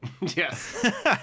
Yes